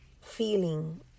feeling